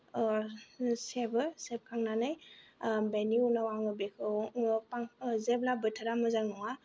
सेबो सेबखांनानै बेनि उनाव आङो बेखौ जेब्ला बोथोरा मोजां नङा